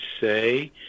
say